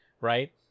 right